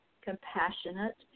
compassionate